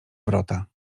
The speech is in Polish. wrota